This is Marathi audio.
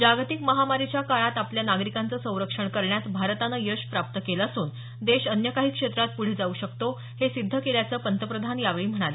जागतिक महामारीच्या काळात आपल्या नागरीकांचं संरक्षण करण्यात भारतानं यश प्राप्त केलं असून देश अन्य काही क्षेत्रात पुढे जाऊ शकतो हे सिद्ध केल्याचं पंतप्रधान यावेळी म्हणाले